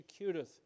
executeth